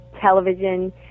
television